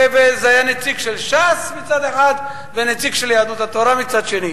זה היה נציג של ש"ס מצד אחד ונציג של יהדות התורה מצד שני.